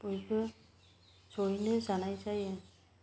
बयबो ज'यैनो जानाय जायो